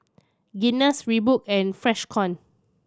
Guinness Reebok and Freshkon